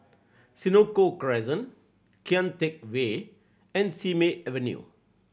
Senoko Crescent Kian Teck Way and Simei Avenue